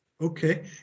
Okay